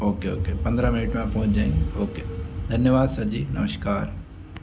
okay okay पंद्रह minute में आप पहुँच जाएंगे ओके धन्यवाद सर जी नमस्कार